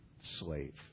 Slave